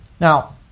Now